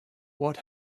what